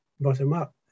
bottom-up